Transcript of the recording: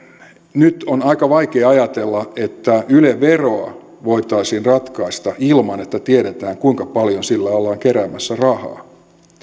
nyt on aika vaikea ajatella että yle veroa voitaisiin ratkaista ilman että tiedetään kuinka paljon sillä ollaan keräämässä rahaa